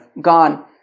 gone